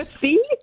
See